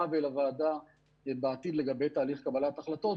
ואל הוועדה בעתיד לגבי תהליך קבלת החלטות.